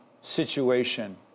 situation